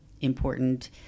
important